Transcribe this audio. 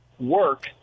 work